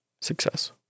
success